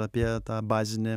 apie tą bazinį